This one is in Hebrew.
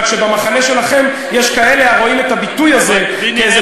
רק שבמחנה שלכם יש כאלה הרואים את הביטוי הזה כאיזה